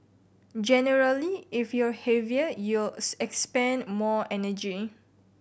generally if you're heavier you'll expend more energy